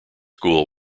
school